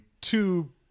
two